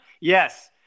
Yes